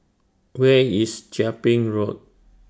Where IS Chia Ping Road